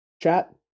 Chat